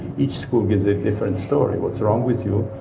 each school gives a different story what's wrong with you,